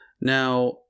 Now